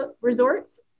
Resorts